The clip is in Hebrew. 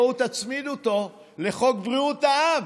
בואו תצמידו אותו לחוק בריאות העם.